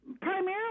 primarily